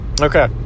Okay